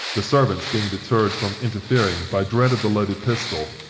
the servants being deterred from interfering by dread of the loaded pistol,